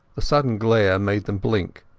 the sudden glare made them blink,